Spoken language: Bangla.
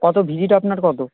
কত ভিজিট আপনার কত